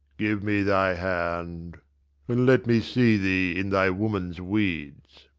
give me thy hand and let me see thee in thy woman's weeds.